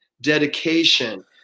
dedication